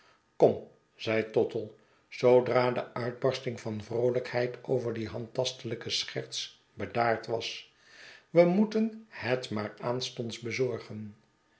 kom zei tottle zoodra de uitbarsting van vroolijkheid over die handtastelijke scherts bedaard was we moeten het maar aanstonds bezorgen